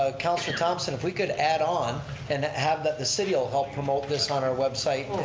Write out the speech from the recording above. ah councilor thomson, if we could add on and have the the city ah help promote this on our website.